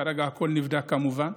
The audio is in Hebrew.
אין רשת ביטחון אמיתית לאותם סטודנטים,